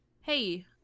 hey